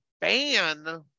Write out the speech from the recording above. ban